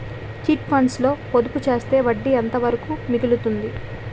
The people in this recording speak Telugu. చిట్ ఫండ్స్ లో పొదుపు చేస్తే వడ్డీ ఎంత వరకు మిగులుతుంది?